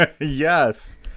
Yes